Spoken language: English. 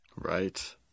right